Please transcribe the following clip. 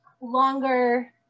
longer